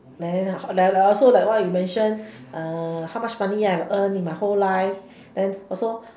then then I'll I'll also like what you mention how much money I earn in my whole life then also